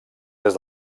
des